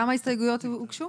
כמה הסתייגויות הוגשו?